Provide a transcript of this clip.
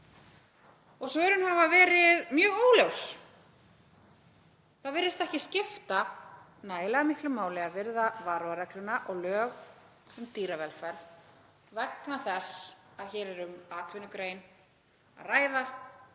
Svörin hafa verið mjög óljós. Það virðist ekki skipta nægilega miklu máli að virða varúðarregluna og lög um dýravelferð vegna þess að hér er um atvinnugrein að ræða